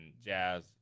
jazz